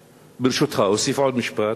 ברשותך, אוסיף עוד משפט: